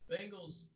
Bengals